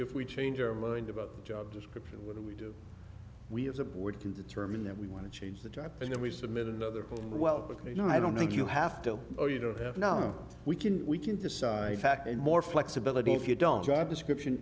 if we change our mind about the job description what do we do we as a board can determine that we want to change the type and then we submit another poll well you know i don't think you have to or you don't have now we can we can decide fact in more flexibility if you don't job description